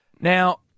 Now